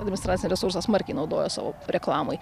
administracinį resursą smarkiai naudojo savo reklamai